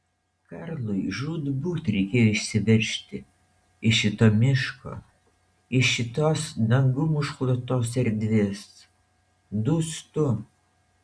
karlui žūtbūt reikėjo išsiveržti iš šito miško iš šitos dangum užklotos erdvės dūstu